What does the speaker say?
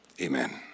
Amen